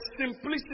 simplicity